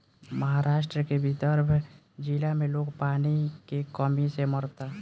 महाराष्ट्र के विदर्भ जिला में लोग पानी के कमी से मरता